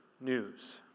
news